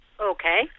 Okay